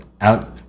out